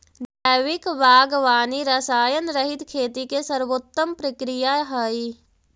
जैविक बागवानी रसायनरहित खेती के सर्वोत्तम प्रक्रिया हइ